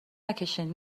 نکشین